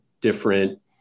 different